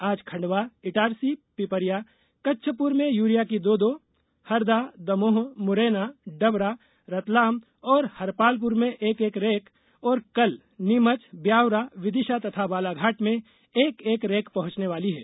आज खण्डवा इटारसी पिपरिया कच्छपुरा में यूरिया की दो दो हरदा दमोह मुरैनाडबरा रतलाम और हरपालपुर में एक एक रैक और कल नीमच ब्यावरा विदिशा तथा बालाघाट में एक एक रैक पहंचने वाली है